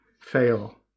fail